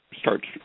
starts